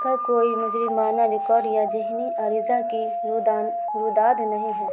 اس کا کوئی مجرمانہ ریکارڈ یا ذہنی عارضہ کی روداد نہیں ہے